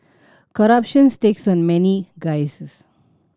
corruptions takes on many guises